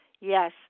Yes